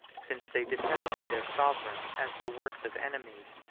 since they detested their sovereign as the worst of enemies.